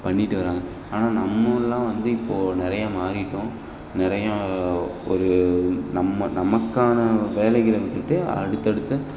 பண்ணிகிட்டு வராங்க ஆனால் நம்மெல்லாம் வந்து இப்போது நிறையா மாறிவிட்டோம் நிறையா ஒரு நம்ம நமக்கான வேலைகளை விட்டுவிட்டு அடுத்தடுத்த